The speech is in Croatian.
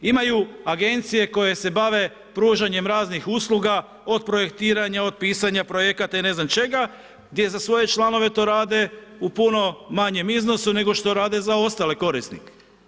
Imaju agencije koje se bave pružanjem raznih usluga od projektiranja od pisanja projekata i ne znam čega, gdje za svoje članove to rade u puno manjem iznosu nego što rade za ostale korisnike.